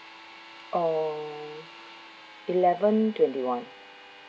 oh eleven twenty one